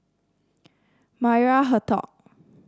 Maria Hertogh